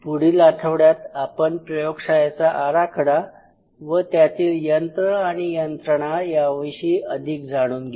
पुढील आठवड्यात आपण प्रयोगशाळेचा आराखडा व त्यातील यंत्र आणि यंत्रणा याविषयी अधिक जाणून घेऊ